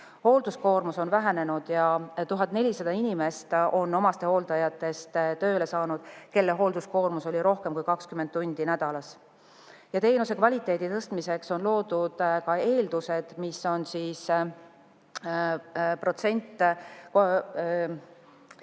Hoolduskoormus on vähenenud ja 1400 inimest on omastehooldajatest tööle saanud, kelle hoolduskoormus oli rohkem kui 20 tundi nädalas. Teenuse kvaliteedi tõstmiseks on loodud ka eeldused, mis on [teatud]